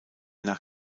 nach